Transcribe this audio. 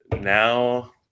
now